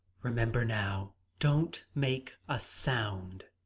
remember, now don't make a sound,